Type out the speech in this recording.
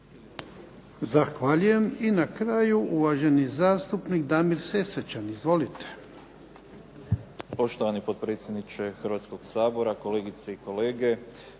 Zahvaljujem. I na kraju, uvaženi zastupnik Damir Sesvečan. Izvolite.